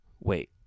wait